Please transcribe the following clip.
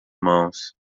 mãos